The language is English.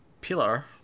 Pillar